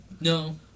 No